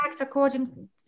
according